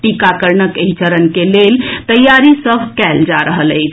टीकाकरणक एहि चरण के लेल तैयारी सभ कयल जा रहल अछि